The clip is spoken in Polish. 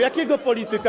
Jakiego polityka?